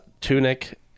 tunic